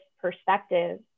perspective